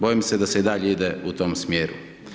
Bojim se da se i dalje ide u tom smjeru.